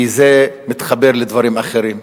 כי זה מתחבר לדברים אחרים.